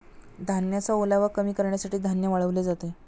धान्याचा ओलावा कमी करण्यासाठी धान्य वाळवले जाते